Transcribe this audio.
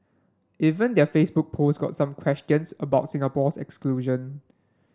even their Facebook post got some questions about Singapore's exclusion